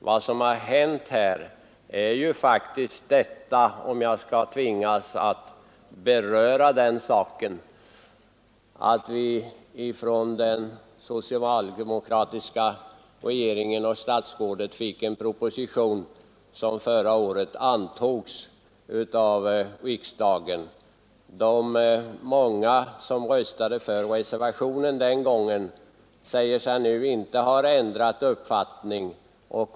Vad som har hänt är ju faktiskt — om jag skall tvingas att beröra den saken — att vi förra året från den socialdemokratiska regeringen fick en proposition som antogs av riksdagen. De många som den gången röstade för reservationen säger sig nu inte ha ändrat uppfattning.